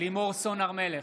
לימור סון הר מלך,